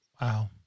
wow